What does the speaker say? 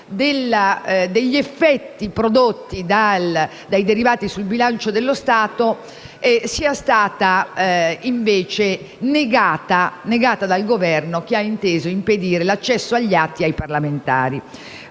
gli effetti prodotti dai derivati sul bilancio dello Stato sia stata respinta dal Governo, che ha inteso impedire l'accesso agli atti ai parlamentari.